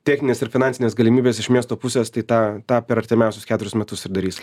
techninės ir finansinės galimybės iš miesto pusės tai tą tą per artimiausius keturis metus ir darysim